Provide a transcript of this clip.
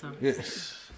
Yes